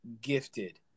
gifted